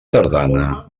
tardana